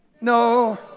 No